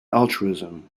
altruism